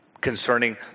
concerning